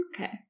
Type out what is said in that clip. Okay